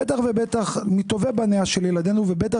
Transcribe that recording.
בטח ובטח מטובי בניה של ילדינו ובטח